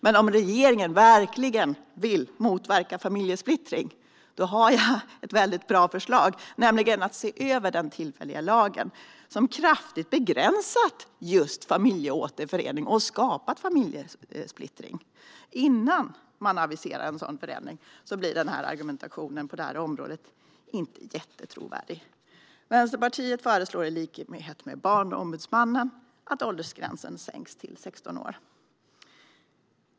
Men om regeringen verkligen vill motverka familjesplittring har jag ett väldigt bra förslag, nämligen att se över den tillfälliga lagen. Den har kraftigt begränsat just familjeåterförening och skapat familjesplittring. Innan man aviserar en sådan förändring blir denna argumentation inte jättetrovärdig. Vänsterpartiet föreslår i likhet med Barnombudsmannen att åldersgränsen sänks till 16 år.